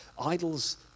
Idols